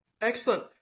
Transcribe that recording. Excellent